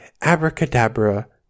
abracadabra